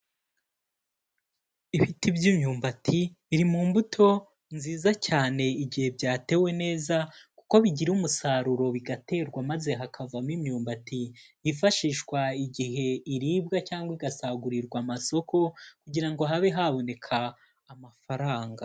Ibiti by'imyumbati biri mu mbuto nziza cyane igihe byatewe neza kuko bigira umusaruro bigaterwa maze hakavamo imyumbati yifashishwa igihe iribwa cyangwa igasagurirwa amasoko kugira ngo habe haboneka amafaranga.